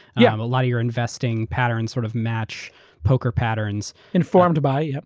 yeah um a lot of your investing patterns sort of match poker patterns. informed by,